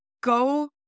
Go